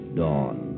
dawn